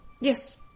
Yes